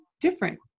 different